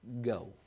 Go